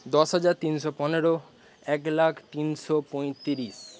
দশ হাজার তিনশো পনেরো এক লাখ তিনশো পঁয়ত্রিশ